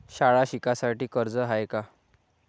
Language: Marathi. शाळा शिकासाठी कर्ज हाय का?